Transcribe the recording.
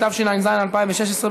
התשע"ז 2016,